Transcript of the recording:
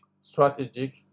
strategic